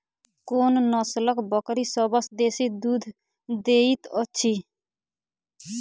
कोन नसलक बकरी सबसँ बेसी दूध देइत अछि?